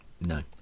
No